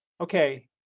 okay